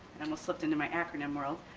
i almost slipped into my acronym world.